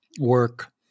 work